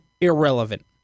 irrelevant